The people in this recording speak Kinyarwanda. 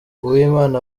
uwimana